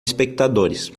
espectadores